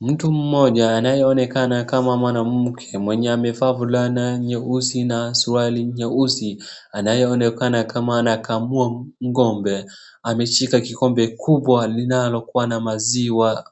Mtu mmoja anyeonekana kama mwanamke mwenye amevaa fulana nyeusi na suruali nyeusi, anayeonekana kama anakamua ng'ombe ameshika kikombe kubwa linalokuwa na maziwa